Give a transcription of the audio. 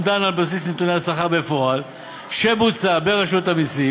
באומדן על בסיס נתוני השכר בפועל שבוצע ברשות המסים